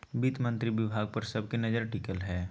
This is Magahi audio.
वित्त मंत्री विभाग पर सब के नजर टिकल हइ